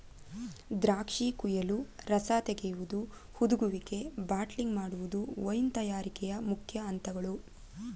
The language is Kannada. ದ್ರಾಕ್ಷಿ ಕುಯಿಲು, ರಸ ತೆಗೆಯುವುದು, ಹುದುಗುವಿಕೆ, ಬಾಟ್ಲಿಂಗ್ ಮಾಡುವುದು ವೈನ್ ತಯಾರಿಕೆಯ ಮುಖ್ಯ ಅಂತಗಳು